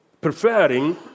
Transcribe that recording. preferring